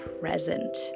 present